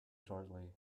shortly